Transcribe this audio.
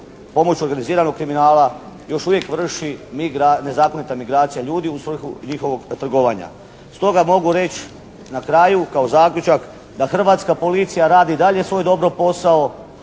pomoću organiziranog kriminala još uvijek vrši nezakonita migracija ljudi u svrhu njihovog trgovanja. Stoga mogu reći na kraju kao zaključak, da hrvatska policija radi dalje svoj dobro posao,